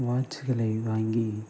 வாட்சுகளை வாங்கி